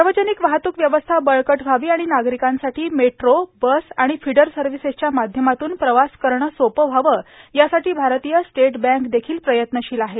सावर्जानक वाहतूक व्यवस्था बळकट व्हावी आर्गारकांसाठां मेट्रां बस आर्गाण फिडर सव्हिसेसच्या माध्यमातून प्रवास करणं सोपं व्हावं यासाठो भारतीय स्टेट बक देखील प्रयत्नशील आहे